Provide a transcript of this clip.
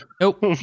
Nope